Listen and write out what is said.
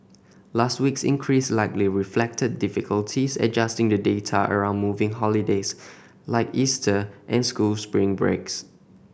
last week's increase likely reflected difficulties adjusting the data around moving holidays like Easter and school spring breaks